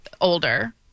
older